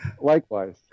Likewise